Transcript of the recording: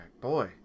boy